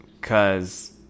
Cause